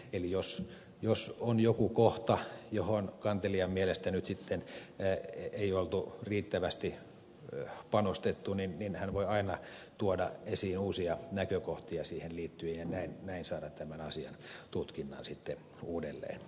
eli jos on jokin kohta johon kantelijan mielestä nyt sitten ei oltu riittävästi panostettu niin hän voi aina tuoda esiin uusia näkökohtia siihen liittyen ja näin saada tämän asian tutkinnan sitten uudelleen liikkeelle